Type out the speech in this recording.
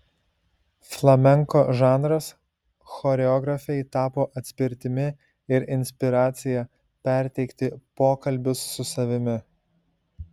flamenko žanras choreografei tapo atspirtimi ir inspiracija perteikti pokalbius su savimi